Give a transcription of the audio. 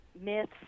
myths